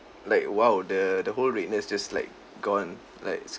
like !wow! the the whole redness just like gone like